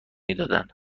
میدادن